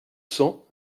cents